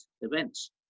events